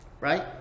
right